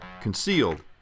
concealed